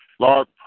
Lord